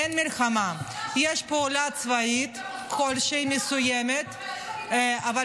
אי-אפשר לשמוע את זה.